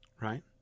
Right